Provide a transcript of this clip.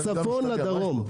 מהצפון לדרום.